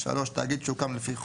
תאגיד שהוקם לפי חוק,